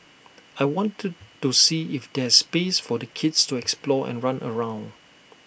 I wanted to see if there's space for the kids to explore and run around